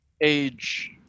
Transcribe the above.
age